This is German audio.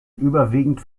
überwiegend